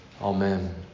Amen